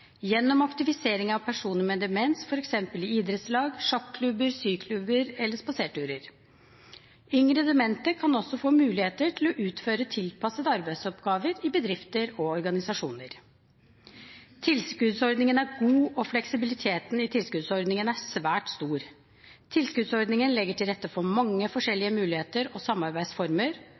gjennom aktivisering av personer med demens, f.eks. i idrettslag, sjakklubber, syklubber eller å gå spaserturer. Yngre demente kan også få muligheter til å utføre tilpassede arbeidsoppgaver i bedrifter og organisasjoner. Tilskuddsordningen er god, og fleksibiliteten i tilskuddsordningen er svært stor. Tilskuddsordningen legger til rette for mange